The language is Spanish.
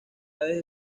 desde